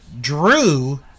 Drew